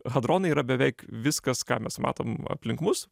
hadronai yra beveik viskas ką mes matom aplink mus